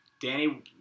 Danny